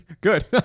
Good